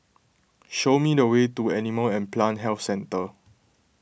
show me the way to Animal and Plant Health Centre